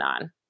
on